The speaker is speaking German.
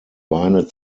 weine